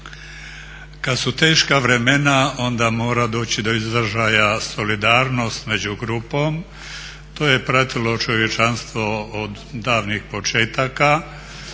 Kad su teška vremena onda mora doći do izražaja solidarnost među grupom. To je pratilo čovječanstvo od davnih početaka